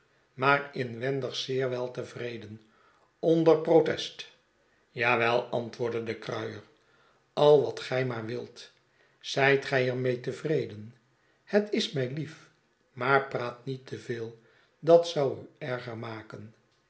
maar inwendig zeer weltevreden onder protest jawel antwoordde de kruier al wat gij maar wilt zijt gij er mee tevreden het is mij lief maar praat niet te veel dat zou u erger maken